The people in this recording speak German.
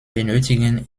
benötigen